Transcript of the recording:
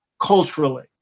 culturally